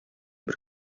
бер